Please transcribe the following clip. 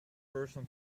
person